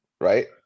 right